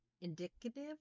indicative